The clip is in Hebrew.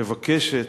מבקשת,